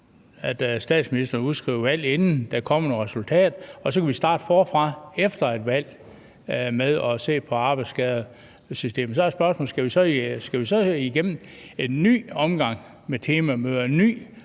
at statsministeren udskriver valg, inden der er kommet noget resultat, og så kan vi starte forfra efter et valg med at se på arbejdsskadesystemet. Så er spørgsmålet, om vi så skal igennem en ny omgang med temamøder